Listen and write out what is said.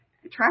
Traffic